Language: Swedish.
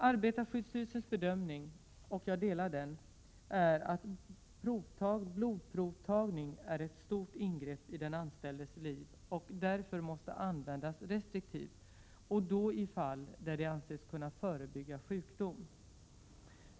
Arbetarskyddsstyrelsens bedömning — och jag delar den — är att blodprovtagning är ett stort ingrepp i den anställdes liv och därför måste användas restriktivt och då i fall där det anses kunna förebygga sjukdom.